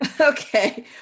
Okay